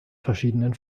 verschiedenen